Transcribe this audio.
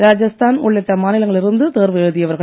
ராஜஸ்தான் உள்ளிட்ட மாநிலங்களில் இருந்து தேர்வு எழுதியவர்கள்